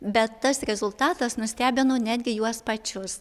bet tas rezultatas nustebino netgi juos pačius